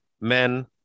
Men